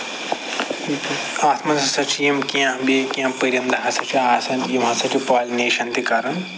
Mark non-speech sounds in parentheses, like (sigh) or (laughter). (unintelligible) اَتھ منٛز ہسا چھِ یِم کیٚنٛہہ بیٚیہِ کیٚنٛہہ پٔرِنٛدٕ ہسا چھِ آسان یِم ہسا چھِ پالِنیشَن تہِ کران